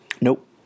Nope